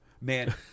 Man